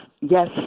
yes